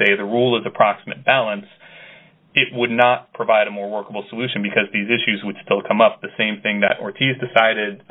say the rule is approximate balance it would not provide a more workable solution because these issues would still come up the same thing that ortiz decided